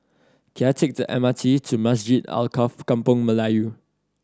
can I take the M R T to Masjid Alkaff Kampung Melayu